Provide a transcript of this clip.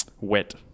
wet